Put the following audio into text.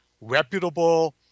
reputable